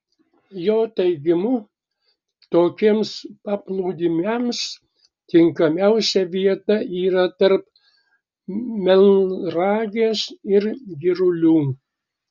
jo teigimu tokiems paplūdimiams tinkamiausia vieta yra tarp melnragės ir girulių